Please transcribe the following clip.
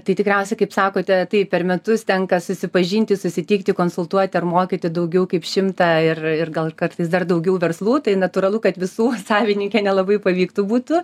tai tikriausiai kaip sakote tai per metus tenka susipažinti susitikti konsultuoti ar mokyti daugiau kaip šimtą ir ir gal kartais dar daugiau verslų tai natūralu kad visų savininke nelabai pavyktų būtų